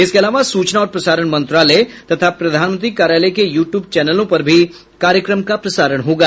इसके अलावा सूचना और प्रसारण मंत्रालय तथा प्रधानमंत्री कार्यालय के यूट्यूब चैनलों पर भी कार्यक्रम का प्रसारण होगा